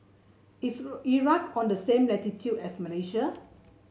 is Iraq on the same latitude as Malaysia